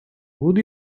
would